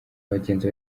abagenzi